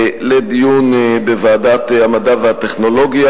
מה הנושאים שעלו,